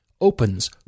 opens